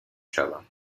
شوم